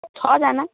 छःजना